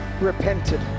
repented